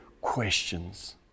questions